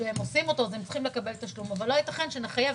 כשהם עושים אותו הם צריכים לקבל תשלום אבל לא ייתכן שנחייב